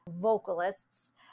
vocalists